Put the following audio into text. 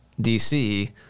DC